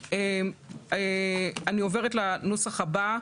אני מקריאה את העקרונות, נפיץ לכם נוסח מסודר.